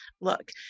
Look